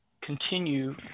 continue